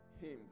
hymns